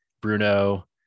Bruno